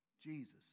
Jesus